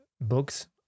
books